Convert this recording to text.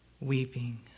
Weeping